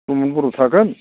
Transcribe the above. प्रमद बर' थागोन